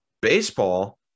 Baseball